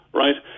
right